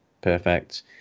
Perfect